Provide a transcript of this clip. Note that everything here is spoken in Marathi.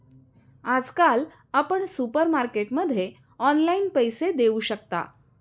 आजकाल आपण सुपरमार्केटमध्ये ऑनलाईन पैसे देऊ शकता